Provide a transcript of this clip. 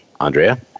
Andrea